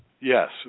Yes